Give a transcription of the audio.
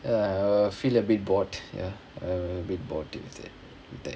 err I will feel a bit bored ya I will be bored